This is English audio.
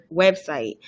website